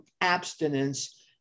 abstinence